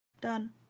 Done